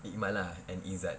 ikmal lah and izat